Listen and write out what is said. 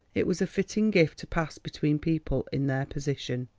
it was a fitting gift to pass between people in their position.